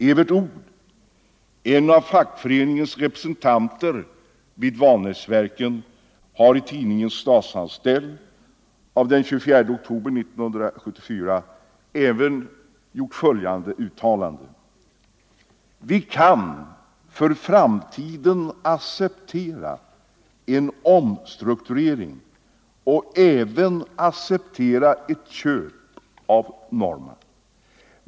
Evert Odh, en av fackföreningens representanter vid Vanäsverken, har i tidningen Statsanställd av den 24 oktober 1974 gjort följande uttalande: ”Vi kan för framtiden acceptera en omstrukturering, och även acceptera ett köp av Norma.